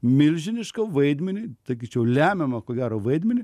milžinišką vaidmenį taigi čia jau lemiamą ko gero vaidmenį